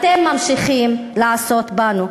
אתם ממשיכים לעשות בנו.